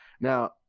Now